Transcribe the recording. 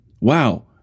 Wow